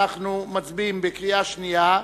אנחנו מצביעים בקריאה שנייה.